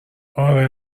اره